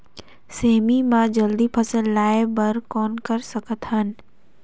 सेमी म जल्दी फल लगाय बर कौन कर सकत हन?